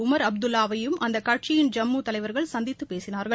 Umar அப்துல்லாவையும் அந்தக் கட்சியின் ஜம்மு தலைவா்கள் சந்தித்து பேசினாா்கள்